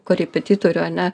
korepetitorių ane